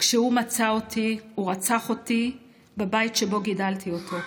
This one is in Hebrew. וכשהוא מצא אותי הוא רצח אותי בבית שבו גידלתי אותו.